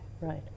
Right